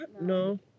No